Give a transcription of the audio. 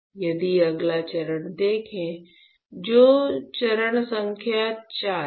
यदि अगला चरण देखें जो चरण संख्या IV है